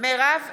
מרב מיכאלי,